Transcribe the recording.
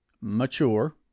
mature